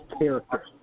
character